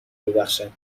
ببخشد